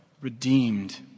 redeemed